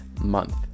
month